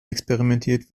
experimentiert